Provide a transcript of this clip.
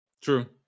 True